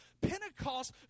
Pentecost